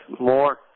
more